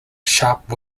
sharp